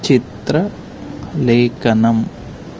చిత్రలేఖనం